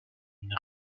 une